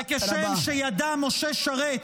וכשם שידע משה שרת